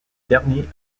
dernier